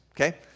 okay